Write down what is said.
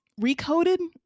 recoded